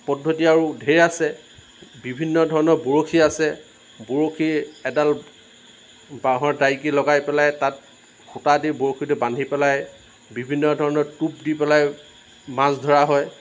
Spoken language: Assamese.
পদ্ধতি আৰু ধেৰ আছে বিভিন্ন ধৰণৰ বৰশী আছে বৰশী এডাল বাঁহৰ ডাৰিকি লগাই পেলাই তাত সূতা দি বৰশীটো বান্ধি পেলাই বিভিন্ন ধৰণৰ টোপ দি পেলাই মাছ ধৰা হয়